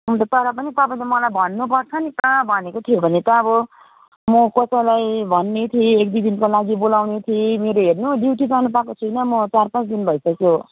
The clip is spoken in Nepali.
अन्त तर पनि तपाईँले मलाई भन्नुपर्छ नि त भनेको थियो भने त अब म कसैलाई भन्ने थिएँ एक दुई दिनको लागि बोलाउने थिएँ मेरो हेर्नु ड्युटी जानुपाएको छुइनँ म चार पाँच दिन भइसक्यो